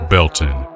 Belton